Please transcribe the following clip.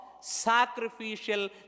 sacrificial